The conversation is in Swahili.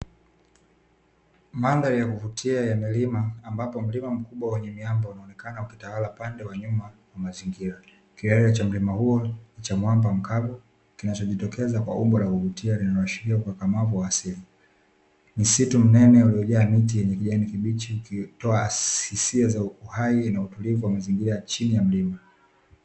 Mandhari ya kuvutia ya milima ambapo mlima mkubwa wenye miamba unaonekana ukitawala upande wa nyuma wa mazingira. Kilele cha mlima huo ni cha mwamba mkavu, kinachojitokeza kwa umbo la kuvutia linaloashiria ukakamavu wa asili. Misitu minene iliyojaa miti yenye kijani kibichi, ikitoa hisia za uhai na utulivu wa mazingira ya chini ya mlima.